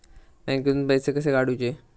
बँकेतून पैसे कसे काढूचे?